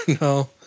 No